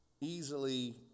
easily